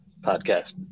podcast